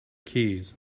keys